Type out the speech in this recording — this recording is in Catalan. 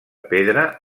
pedra